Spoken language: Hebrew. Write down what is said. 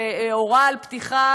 שהורה על פתיחה,